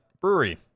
Brewery